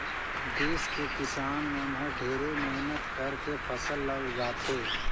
देस के किसान मन हर ढेरे मेहनत करके फसल ल उगाथे